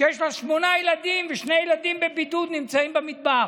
שיש לה שמונה ילדים ושני ילדים בבידוד נמצאים במטבח.